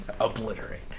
Obliterate